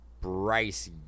Bryce